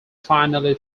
finally